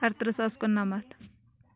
اَرتٕرٛہ ساس کُننَمَتھ